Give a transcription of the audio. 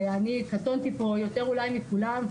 ואני קטונתי פה יותר אולי מכולם,